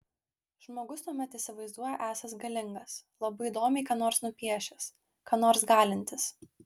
žmogus tuomet įsivaizduoja esąs galingas labai įdomiai ką nors nupiešęs ką nors galintis